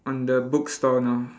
on the bookstore now